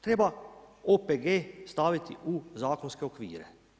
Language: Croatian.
Treba OPG staviti u zakonske okvire.